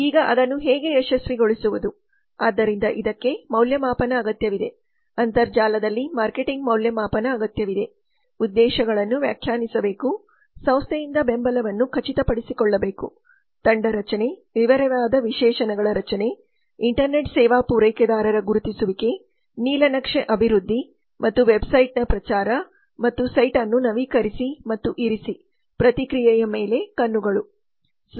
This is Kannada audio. ಆದ್ದರಿಂದ ಇದಕ್ಕೆ ಮೌಲ್ಯಮಾಪನ ಅಗತ್ಯವಿದೆ ಅಂತರ್ಜಾಲದಲ್ಲಿ ಮಾರ್ಕೆಟಿಂಗ್ ಮೌಲ್ಯಮಾಪನ ಅಗತ್ಯವಿದೆ ಉದ್ದೇಶಗಳನ್ನು ವ್ಯಾಖ್ಯಾನಿಸಬೇಕು ಸಂಸ್ಥೆಯಿಂದ ಬೆಂಬಲವನ್ನು ಖಚಿತಪಡಿಸಿಕೊಳ್ಳಬೇಕು ತಂಡ ರಚನೆ ವಿವರವಾದ ವಿಶೇಷಣಗಳ ರಚನೆ ಇಂಟರ್ನೆಟ್ ಸೇವಾ ಪೂರೈಕೆದಾರರ ಗುರುತಿಸುವಿಕೆ ನೀಲನಕ್ಷೆ ಅಭಿವೃದ್ಧಿ ಮತ್ತು ವೆಬ್ಸೈಟ್ನ ಪ್ರಚಾರ ಮತ್ತು ಸೈಟ್ ಅನ್ನು ನವೀಕರಿಸಿ ಮತ್ತು ಇರಿಸಿ ಪ್ರತಿಕ್ರಿಯೆಯ ಮೇಲೆ ಕಣ್ಣುಗಳು